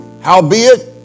Howbeit